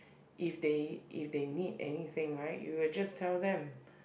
if they if they need anything right you will just tell them